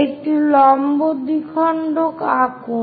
একটি লম্ব দ্বিখণ্ডক আঁকুন